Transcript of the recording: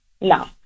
No